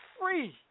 free